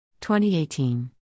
2018